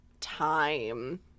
time